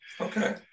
Okay